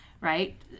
right